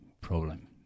problem